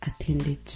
attended